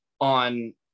on